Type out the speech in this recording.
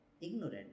ignorant